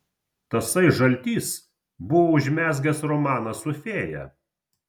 tasai žaltys buvo užmezgęs romaną su fėja